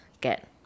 get